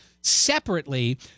separately